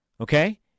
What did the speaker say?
okay